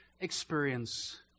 experience